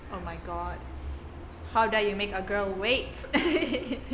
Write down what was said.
oh my god how dare you make a girl wait